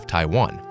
Taiwan